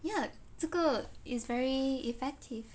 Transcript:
ya 这个 is very effective